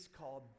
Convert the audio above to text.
called